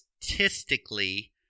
statistically